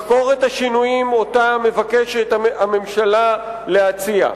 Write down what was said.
לחקור את השינויים שהממשלה מבקשת להציע.